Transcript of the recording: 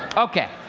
ok,